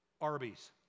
Arby's